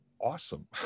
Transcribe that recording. awesome